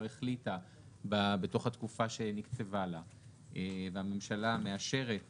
החליטה בתוך התקופה שנקצבה לה והממשלה מאשר את